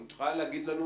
את יכולה לומר לנו